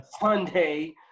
Sunday